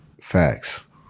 Facts